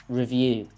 review